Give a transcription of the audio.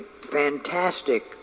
fantastic